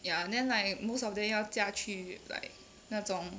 ya and then like most of them 要嫁去 like 那种